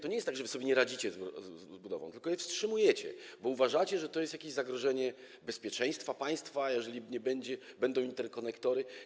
To nie jest tak, że wy sobie nie radzicie z ich budową, tylko ją wstrzymujecie, bo uważacie, że to jest jakieś zagrożenie dla bezpieczeństwa państwa, jeżeli będą interkonektory.